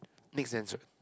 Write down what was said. make sense right